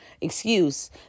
excuse